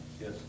Yes